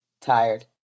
tired